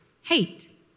hate